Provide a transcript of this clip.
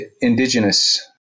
indigenous